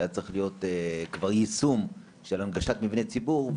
שהיה צריך להיות כבר יישום של הנגשת מבני ציבור.